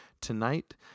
tonight